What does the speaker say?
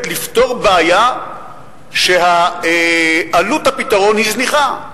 לפתור בעיה שעלות הפתרון שלה היא זניחה.